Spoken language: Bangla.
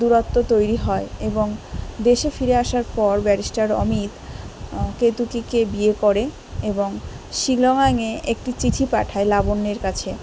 দূরত্ব তৈরি হয় এবং দেশে ফিরে আসার পর ব্যারিস্টার অমিত কেতকিকে বিয়ে করে এবং শিলংয়ে একটি চিঠি পাঠায় লাবণ্যের কাছে